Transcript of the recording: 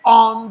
on